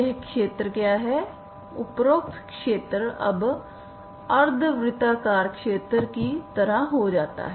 यह क्षेत्र क्या है उपरोक्त क्षेत्र अब अर्धवृत्ताकार क्षेत्र की तरह हो जाता है